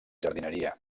jardineria